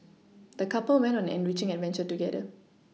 the couple went on an enriching adventure together